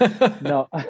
no